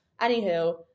Anywho